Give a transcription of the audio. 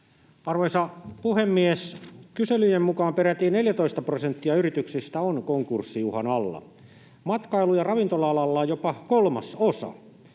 Arvoisa puhemies! Kyselyjen mukaan peräti 14 prosenttia yrityksistä on konkurssiuhan alla, matkailu‑ ja ravintola-alalla jopa kolmasosa.